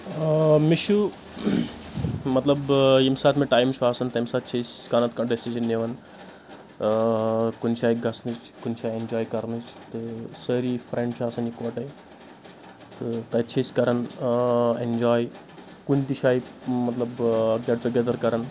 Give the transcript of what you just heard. آ مےٚ چھُ مطلب ییٚمہِ ساتہٕ مےٚ ٹایم چھُ آسان تمہِ ساتہٕ چھِ أسۍ کانٛہہ نتہٕ کانٛہہ ڈیسجن نِوان کُنہِ جایہِ گژھنٕچ کُنہِج جایہِ اینجاے کرنٕچ تہٕ سٲری فرینڈ چھِ آسان یکوٹے تہٕ تَتہِ چھِ أسۍ کران اینجاے کُنہِ تہِ شایہِ مطلب گیٹ ٹُوگیدر کران